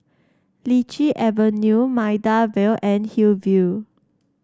Lichi Avenue Maida Vale and Hillview